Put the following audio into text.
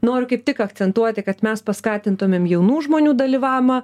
noriu kaip tik akcentuoti kad mes paskatintumėm jaunų žmonių dalyvavimą